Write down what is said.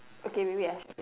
okay wait wait